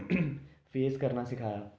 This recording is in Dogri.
फेस करना सखाया